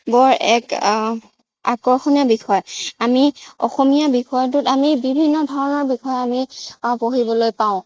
বৰ এক আকৰ্ষণীয় বিষয় আমি অসমীয়া বিষয়টোত আমি বিভিন্ন ধৰণৰ বিষয় আমি পঢ়িবলৈ পাওঁ